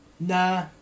Nah